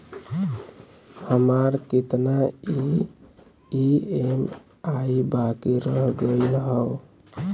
हमार कितना ई ई.एम.आई बाकी रह गइल हौ?